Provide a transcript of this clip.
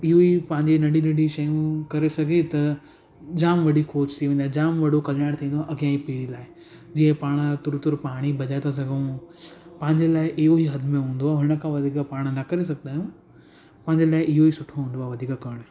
इहो ई पंहिंजी नंढी नंढी शयूं करे सघे त जाम वॾी कोस्ट थी वेंदे जाम वॾो कल्याणु थींदो आहे अगियां ई पे लाइ जे पाण तुर तुर पाणी बचाए त सघूं पंहिंजे लाइ इहो ई हद में हूंदो आहे उन खां वधीक पाण न करे सघदा आहियूं पंहिंजे लाइ इहो ई सुठो हूंदो आहे वधीक करणु